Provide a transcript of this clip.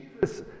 Jesus